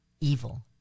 evil